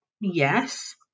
Yes